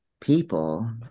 people